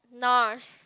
Nars